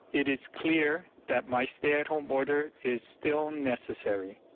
it is clear that my stay-at-home order is still necessary.